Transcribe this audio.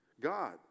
God